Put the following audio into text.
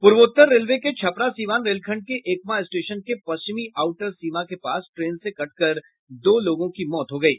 पूर्वोत्तर रेलवे के छपरा सीवान रेलखंड के एकमा स्टेशन के पश्चिमी आउटर सीमा के पास ट्रेन से कटकर दो लोगों की मौत हो गयी